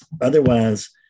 otherwise